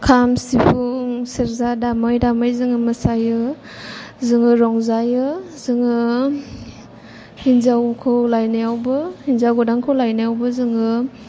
खाम सिफुं सेरजा दामै दामै जों मोसायो जों रंजायो जों हिन्जावखौ लायनायावबो हिन्जाव गोदानखौ लायनायावबो जों